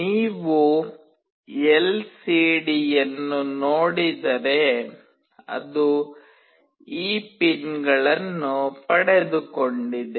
ನೀವು ಎಲ್ಸಿಡಿಯನ್ನು ನೋಡಿದರೆ ಅದು ಈ ಪಿನ್ಗಳನ್ನು ಪಡೆದುಕೊಂಡಿದೆ